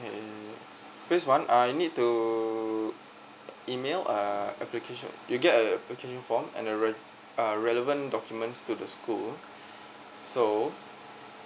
eh this one I need to err email uh application you get a booking form and the rel~ ah relevant documents to the school so